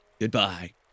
Goodbye